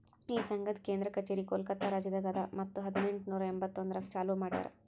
ಈ ಸಂಘದ್ ಕೇಂದ್ರ ಕಚೇರಿ ಕೋಲ್ಕತಾ ರಾಜ್ಯದಾಗ್ ಅದಾ ಮತ್ತ ಇದು ಹದಿನೆಂಟು ನೂರಾ ಎಂಬತ್ತೊಂದರಾಗ್ ಚಾಲೂ ಮಾಡ್ಯಾರ್